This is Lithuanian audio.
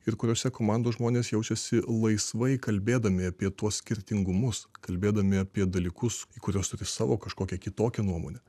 ir kuriose komandos žmonės jaučiasi laisvai kalbėdami apie tuos skirtingumus kalbėdami apie dalykus į kuriuos turi savo kažkokią kitokią nuomonę